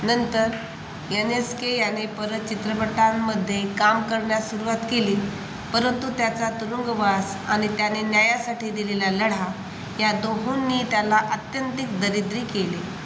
नंतर N S K याने परत चित्रपटांमध्ये काम करण्यास सुरुवात केली परंतु त्याचा तुरुंगवास आणि त्याने न्यायासाठी दिलेला लढा या दोहोंनी त्याला अत्यंतिक दरिद्री केले